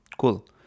Cool